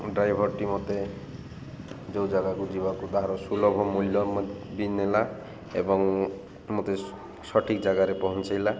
ଡ୍ରାଇଭର୍ଟି ମୋତେ ଯୋଉ ଜାଗାକୁ ଯିବାକୁ ତାହାର ସୁଲଭ ମୂଲ୍ୟ ବି ନେଲା ଏବଂ ମୋତେ ସଠିକ୍ ଜାଗାରେ ପହଁଞ୍ଚେଇଲା